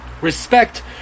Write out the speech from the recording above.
respect